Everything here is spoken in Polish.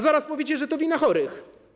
Zaraz powiecie, że to wina chorych.